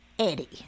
Eddie